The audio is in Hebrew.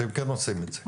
אתם כן עושים את זה.